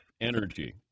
energy